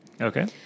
Okay